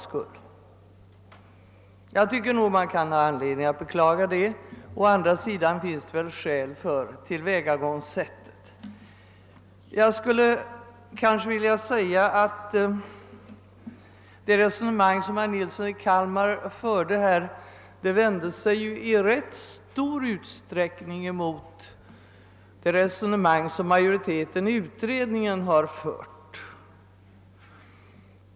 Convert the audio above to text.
Jag tycker vi har anledning att beklaga det; å andra sidan finns det väl skäl för tillvägagångssättet. Herr Nilsson i Kalmar vände sig i rätt stor utsträckning mot det resonemang som majoriteten i utredningen har fört.